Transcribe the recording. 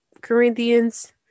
Corinthians